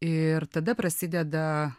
ir tada prasideda